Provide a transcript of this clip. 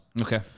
Okay